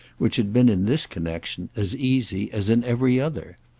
which had been in this connexion as easy as in every other.